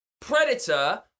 Predator